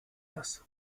das